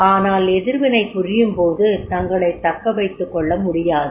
ஆனால் எதிர்வினைபுரியும் போது தங்களைத் தக்கவைத்துக் கொள்ள முடியாது